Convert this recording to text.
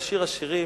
השירים,